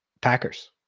Packers